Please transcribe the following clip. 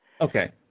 Okay